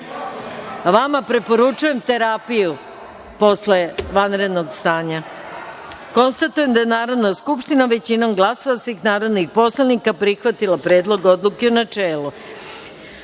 Vama preporučujem terapiju posle vanrednog stanja. Konstatujem da je Narodna skupština većinom glasova svih narodnih poslanika prihvatila Predlog odluke u